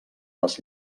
les